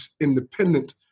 independent